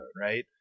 right